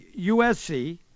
USC